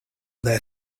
their